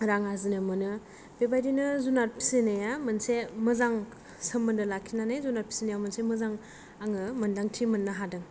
रां आरजिनो मोनो बे बादिनो जुनाद फिसिनाया मोनसे मोजां सोमोनदो लाखिनानै जुनाद फिसिनायाव मोनसे मोजां आङो मोन्दांथि मोननो हादों